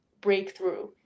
breakthrough